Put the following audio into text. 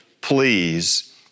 please